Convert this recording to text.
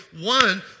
One